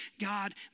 God